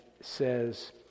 says